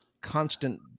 constant